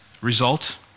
result